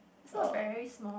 it's not very small